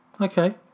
Okay